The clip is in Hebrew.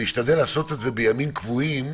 אני אשתדל לעשות את זה בימים קבועים,